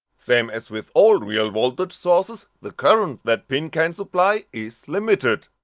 same as with all real voltage sources, the current that pin can supply is limited.